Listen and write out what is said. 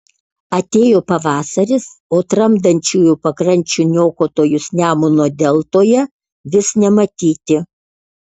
atėjo pavasaris o tramdančiųjų pakrančių niokotojus nemuno deltoje vis nematyti